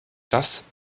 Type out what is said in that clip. dass